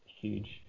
huge